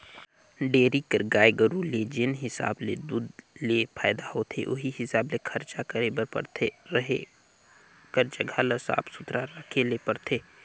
dairy कर गाय गरू ले जेन हिसाब ले दूद ले फायदा होथे उहीं हिसाब ले खरचा करे बर परथे, रहें कर जघा ल साफ सुथरा रखे ले परथे